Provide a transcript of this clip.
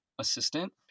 assistant